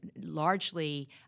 largely